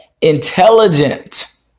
intelligent